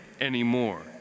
anymore